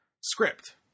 script